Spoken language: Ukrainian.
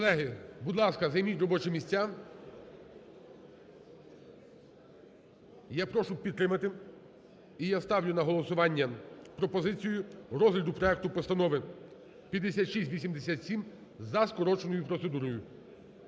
Колеги, будь ласка, займіть робочі місця, я прошу підтримати і я ставлю на голосування пропозицію розгляду проекту Постанови 5687 за скороченою процедурою.